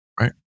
Right